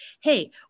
hey